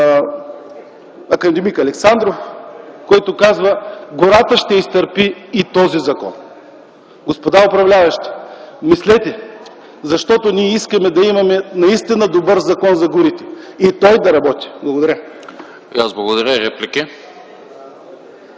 академик Александров, който казва: „Гората ще изтърпи и този закон!” Господа управляващи, мислете! Защото ние искаме да имаме наистина един добър Закон за горите и той да работи. Благодаря.